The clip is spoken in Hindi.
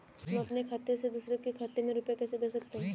हम अपने खाते से दूसरे के खाते में रुपये कैसे भेज सकते हैं?